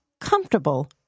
comfortable